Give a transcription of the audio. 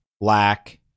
Black